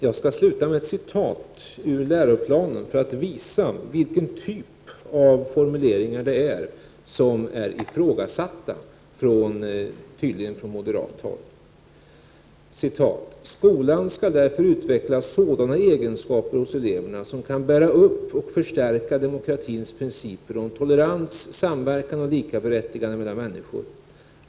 Jag skall sluta med ett citat ur läroplanen för att visa vilken typ av formuleringar som har ifrågasatts från moderat håll. ”Skolan skall därför utveckla sådana egenskaper hos eleverna som kan bära upp och förstärka demokratins principer om tolerans, samverkan och likaberättigande mellan människorna.